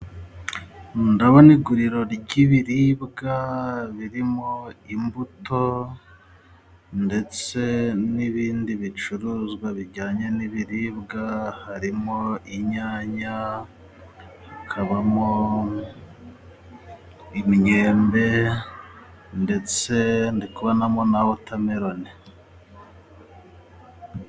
Ndabona iguriro ry'ibiribwa birimo imbuto ndetse n'ibindi bicuruzwa bijyanye n'ibiribwa harimo inyanya, hakabamo imyembe, ndetse ndikubonamo na wotameloni.